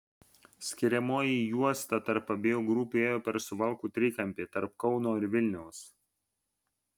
skiriamoji juosta tarp abiejų grupių ėjo per suvalkų trikampį tarp kauno ir vilniaus